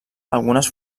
algunes